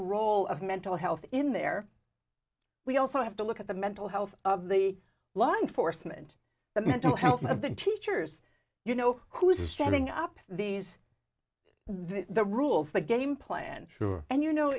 role of mental health in their we also have to look at the mental health of the law enforcement the mental health of the teachers you know who's standing up to these the rules the game plan sure and you